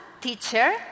teacher